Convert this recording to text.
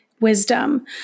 wisdom